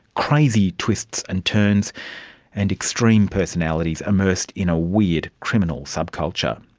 crazy twists and turns and extreme personalities immersed in a weird, criminal subculture.